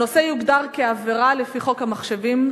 הנושא יוגדר עבירה לפי חוק המחשבים,